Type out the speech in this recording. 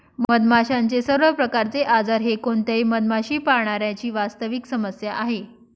मधमाशांचे सर्व प्रकारचे आजार हे कोणत्याही मधमाशी पाळणाऱ्या ची वास्तविक समस्या आहे